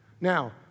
Now